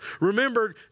Remember